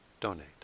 donate